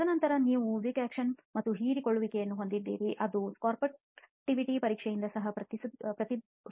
ತದನಂತರ ನೀವು wick action ಮತ್ತು ಹೀರಿಕೊಳ್ಳುವಿಕೆಯನ್ನು ಹೊಂದಿದ್ದೀರಿ ಅದು ಸೋರ್ಪ್ಟಿವಿಟಿ ಪರೀಕ್ಷೆಯಿಂದ ಸಹ ಪ್ರತಿಫಲಿಸುತ್ತದೆ